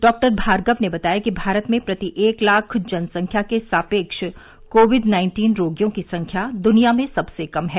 डॉ भार्गव ने बताया कि भारत में प्रति लाख जनसंख्या के पीछे कोविड नाइन्टीन रोगियों की संख्या दुनिया में सबसे कम है